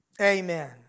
Amen